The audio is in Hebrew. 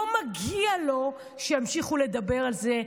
לא מגיע לו שימשיכו לדבר על זה.